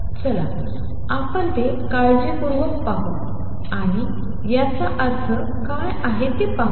चला आपण ते काळजीपूर्वक पाहू आणि याचा अर्थ काय आहे ते पाहूया